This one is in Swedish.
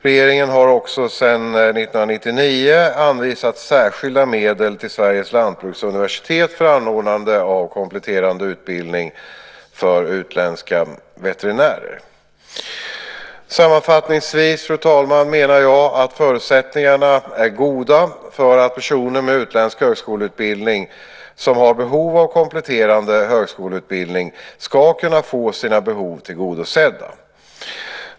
Regeringen har också sedan 1999 anvisat särskilda medel till Sveriges lantbruksuniversitet för anordnande av en kompletterande utbildning för utländska veterinärer. Sammanfattningsvis, fru talman, menar jag att förutsättningarna är goda för att personer med utländsk högskoleutbildning, som har behov av kompletterande högskoleutbildning, ska kunna få sina behov tillgodosedda.